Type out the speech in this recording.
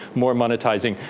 more monetizing.